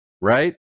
right